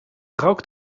rook